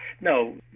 no